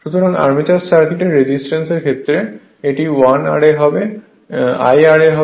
সুতরাং আর্মেচার সার্কিটে রেজিস্ট্যান্স এর ক্ষেত্রে এটি I ra হবে